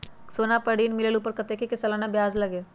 सोना पर ऋण मिलेलु ओपर कतेक के सालाना ब्याज लगे?